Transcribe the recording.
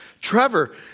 Trevor